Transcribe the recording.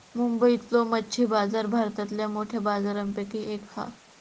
मुंबईतलो मच्छी बाजार भारतातल्या मोठ्या बाजारांपैकी एक हा